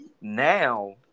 Now